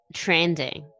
trending